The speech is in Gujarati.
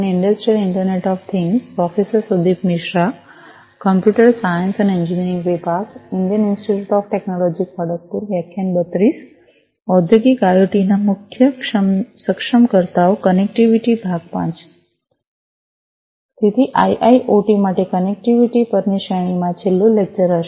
તેથી આઈઆઈઑટી માટે કનેક્ટિવિટી પરની શ્રેણીમાં આ છેલ્લું લેક્ચર હશે